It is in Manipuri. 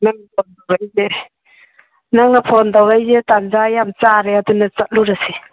ꯅꯪꯅ ꯐꯣꯟ ꯇꯧꯔꯛꯏꯁꯦ ꯇꯟꯖꯥ ꯌꯥꯝ ꯆꯥꯔꯦ ꯑꯗꯨꯅ ꯆꯠꯂꯨꯔꯁꯤ